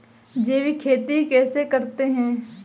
जैविक खेती कैसे करते हैं?